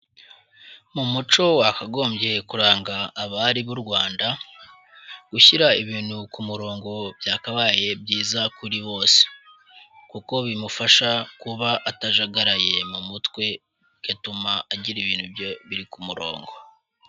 Mu muco wakagombye kuranga abari b'u Rwanda, gushyira ibintu ku murongo byakabaye byiza kuri bose. Kuko bimufasha kuba atajagaraye mu mutwe, bigatuma agira ibintu bye biri ku murongo.